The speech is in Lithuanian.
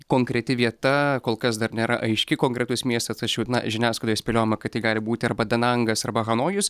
konkreti vieta kol kas dar nėra aiški konkretus miestas tačiau na žiniasklaidoje spėliojama kad tai gali būti arba danangas arba hanojus